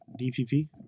DPP